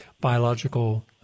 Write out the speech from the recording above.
biological